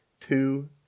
two